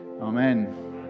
Amen